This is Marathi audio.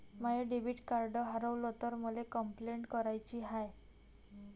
माय डेबिट कार्ड हारवल तर मले कंपलेंट कराची हाय